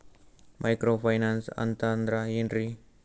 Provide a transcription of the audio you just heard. Micro finance ಅಂತಂದ್ರ ಏನ್ರೀ?